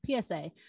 PSA